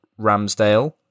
Ramsdale